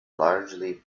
largely